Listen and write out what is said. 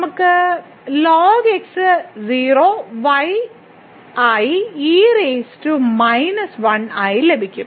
നമുക്ക് ln x 0 y ആയി e ആയി ലഭിക്കും